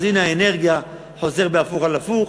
אז הנה האנרגיה, חוזר בהפוך על הפוך.